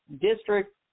district